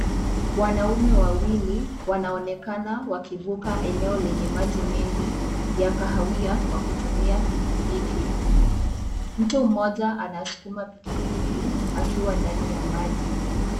Wanaume wawili wanaonekana wakivuka eneo lenye maji mengi ya kahawia kwa kutumia pikipiki. Mtu mmoja anasukuma pikipiki akiwa ndani ya maji.